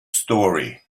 story